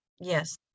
Yes